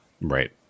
Right